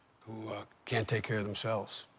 who can't take care of themselves,